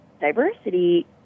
diversity